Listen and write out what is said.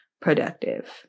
productive